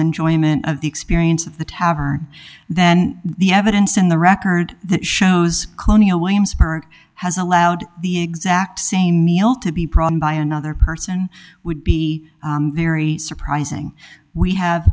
enjoyment of the experience of the tavern then the evidence in the record shows colonial williamsburg has allowed the exact same meal to be problem by another person would be very surprising we have